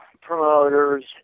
promoters